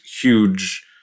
huge